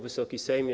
Wysoki Sejmie!